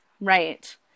Right